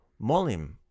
molim